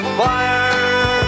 fire